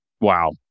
Wow